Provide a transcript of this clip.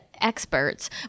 experts